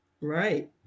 right